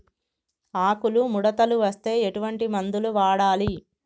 ఆకులు ముడతలు వస్తే ఎటువంటి మందులు వాడాలి?